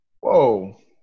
Whoa